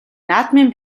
наадмын